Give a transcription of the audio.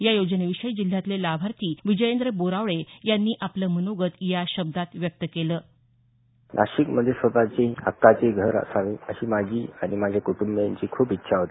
या योजनेविषयी जिल्ह्यातले लाभार्थी विजयेंद्र बोरावळे यांनी आपलं मनोगत या शब्दात व्यक्त केलं नाशिक मध्ये स्वताःची हक्काची घर असावी अशी माझी आणि माझ्या कुंटूंबीयांची खूप इच्छा होती